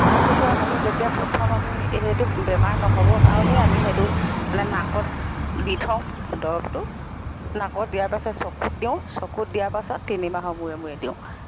হাঁহ কুকুৰাক আমি যেতিয়া প্ৰথম আমি সেইটো বেমাৰ ন'হবৰ কাৰণেই আমি সেইটো আমি নাকত দি থওঁ দৰবটো নাকত দিয়াৰ পাছত চকুত দিওঁ চকুত দিয়াৰ পাছত তিনি মাহৰ মূৰে মূৰে দিওঁ